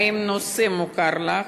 רצוני לשאול: 1. האם הנושא מוכר לך?